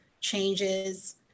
changes